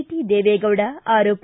T Devegowda ಆರೋಪ